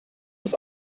das